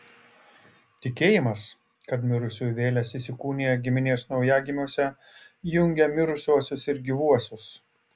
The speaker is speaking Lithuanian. tikėjimas kad mirusiųjų vėlės įsikūnija giminės naujagimiuose jungė mirusiuosius ir gyvuosius